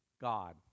God